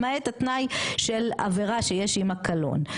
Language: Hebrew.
למעט התנאי של עבירה שיש עמה קלון,